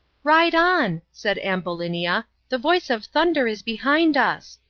ride on, said ambulinia, the voice of thunder is behind us.